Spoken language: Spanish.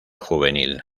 juvenil